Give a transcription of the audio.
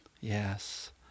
Yes